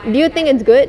do you think it's good